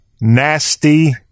nasty